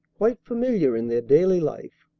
quite familiar in their daily life,